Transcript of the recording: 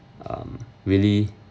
um really